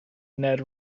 ned